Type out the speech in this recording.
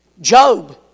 Job